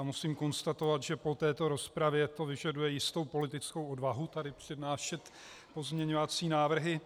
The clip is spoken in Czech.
Musím konstatovat, že po této rozpravě to vyžaduje jistou politickou odvahu tady přednášet pozměňovací návrhy.